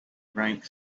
drank